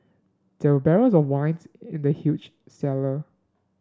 there were barrels of wine in the huge cellar